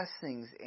blessings